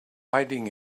hiding